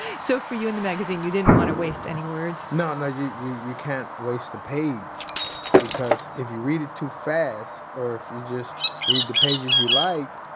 so for you in the magazine, you didn't want to waste any words no, no, you you can't waste the page because if you read it too fast or if you just read the pages you like,